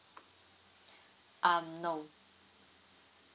um no